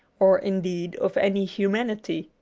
or indeed of any humanity.